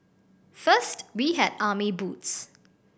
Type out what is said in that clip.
first we had army boots